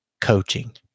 coaching